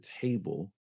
table